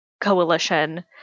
coalition